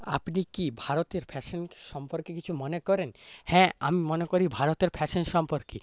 আপনি কি ভারতের ফ্যাশন সম্পর্কে কিছু মনে করেন হ্যাঁ আমি মনে করি ভারতের ফ্যাশন সম্পর্কে